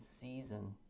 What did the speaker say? season